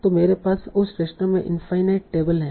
तो मेरे पास उस रेस्तरां में इनफाईनाईट टेबल हैं